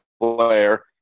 player